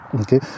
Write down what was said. okay